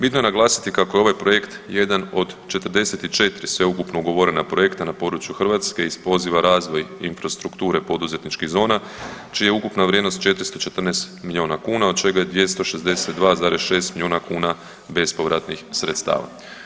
Bitno je naglasiti kako je ovaj projekt jedan od 44 sveukupno ugovorena projekta na području Hrvatske iz poziva razvoj infrastrukture poduzetničkih zona, čija je ukupna vrijedno 414 milijuna kuna, od čega je 262,6 milijuna kuna bespovratnih sredstava.